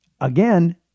again